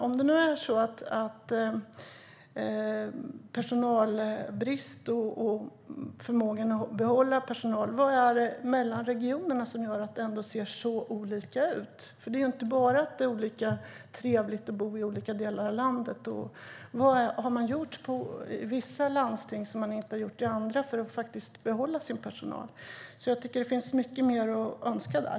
Om det nu är så att det är personalbrist och man inte har förmåga att behålla personal, vad är det för skillnad mellan regionerna som gör att det ändå ser så olika ut? Det är inte bara det att det är olika trevligt att bo i olika delar av landet. Vad har man gjort i vissa landsting som man inte har gjort i andra för att behålla sin personal? Det finns mycket mer att önska där.